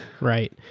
right